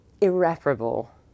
irreparable